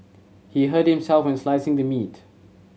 he hurt himself while slicing the meat